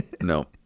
no